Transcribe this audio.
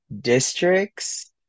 districts